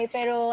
Pero